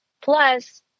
Plus